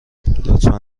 لطفا